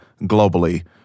globally